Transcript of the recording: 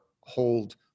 hold